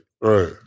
Right